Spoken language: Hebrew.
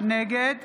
נגד